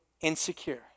insecure